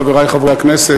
חברי חברי הכנסת,